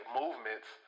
movements